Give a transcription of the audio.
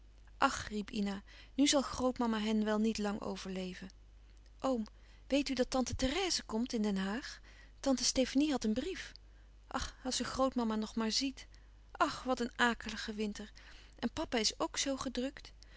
ach riep ina nu zal grootmama hen wel niet lang overleven oom weet u dat tante therèse komt in den haag tante stefanie had een brief ach als ze grootmama nog maar ziet ach wat een akelige winter en papa is ook zoo gedrukt